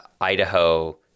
Idaho